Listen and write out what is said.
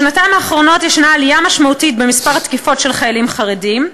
בשנתיים האחרונות יש עלייה משמעותית במספר התקיפות של חיילים חרדים.